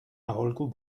aholku